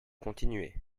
continuez